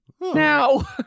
Now